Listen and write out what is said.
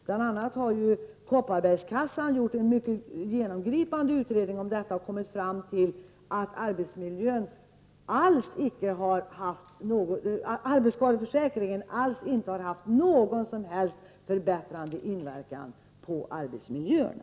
Bl.a. har Kopparbergskassan gjort en mycket genomgripande utredning om detta och kommit fram till att arbetsskadeförsäkringen alls inte har haft någon som helst förbättrande inverkan på arbetsmiljöerna.